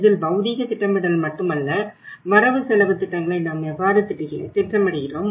இதில் பௌதீக திட்டமிடல் மட்டுமல்ல வரவு செலவுத் திட்டங்களை நாம் எவ்வாறு திட்டமிடுகிறோம்